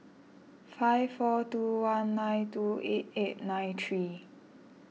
five four two one nine two eight eight nine three